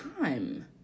time